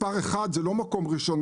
מספר 1 זה לא מקום ראשון,